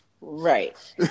Right